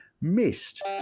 missed